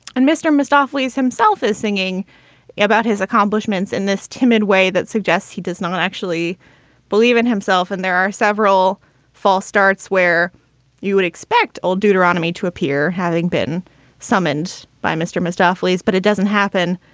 and mr. moustafa sees himself as singing about his accomplishments in this timid way that suggests he does not actually believe in himself and there are several false starts where you would expect old deuteronomy to appear, having been summoned by mr. mostof lee's. but it doesn't happen.